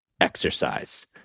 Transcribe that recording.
exercise